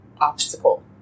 obstacle